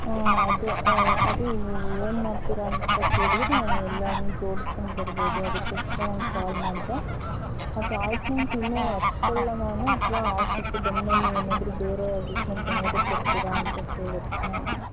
ಹಾಂ ಅದೇ ಅದು ಏನು ಮಾಡ್ತೀರಾ ಅಂತ ಹೇಳಿದರೆ ನಾನು ಎಲ್ಲಾನು ಜೋಡಿಸಿಕೊಂಡು ಬರ್ಬೋದು ಅದಕ್ಕೋಸ್ಕರ ನಾನು ಕಾಲ್ ಮಾಡಿದೆ ಮತ್ತೆ ಆಯಿಂಟ್ಮೆಂಟ್ ಇನ್ನೂ ಹಚ್ಕೊಳ್ಲಾ ನಾನು ಅಥವಾ ಹಾಸ್ಪೆಟ್ಲಿಗೆ ಬಂದಮೇಲೆ ಏನಾದರೂ ಬೇರೆ ಆಯಿಂಟ್ಮೆಂಟ್ ಏನಾದರೂ ಕೊಡ್ತೀರಾ ಅಂತ ಕೇಳೋದಕ್ಕೆ ಮಾಡಿದೆ